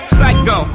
Psycho